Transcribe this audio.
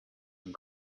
and